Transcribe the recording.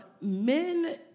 men